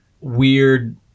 weird